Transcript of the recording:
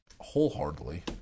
wholeheartedly